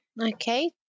Okay